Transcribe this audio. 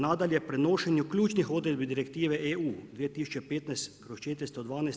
Nadalje, prenošenje ključnih odredbi Direktive EU 2015/